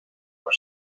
per